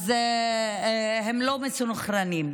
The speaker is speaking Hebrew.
אז הם לא מסונכרנים.